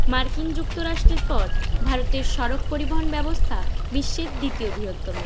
marking যুক্তরাষ্ট্রের পর ভারতের সড়ক পরিবহন ব্যবস্থা বিশ্বের দ্বিতীয় বৃহত্তম